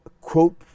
quote